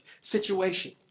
situation